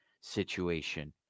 situation